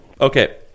Okay